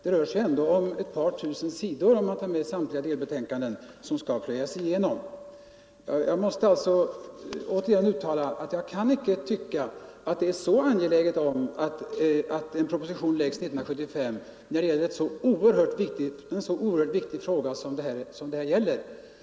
Det rör sig ändå om ett par tusen sidor, med samtliga delbetänkanden, som skall plöjas igenom. Jag måste alltså återigen uttala att jag inte tycker att det är så angeläget att en proposition läggs 1975 när det gäller en så oerhört viktig fråga som denna.